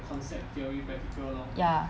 ya